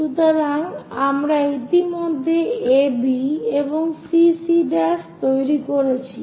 সুতরাং আমরা ইতিমধ্যে AB এবং CC' তৈরি করেছি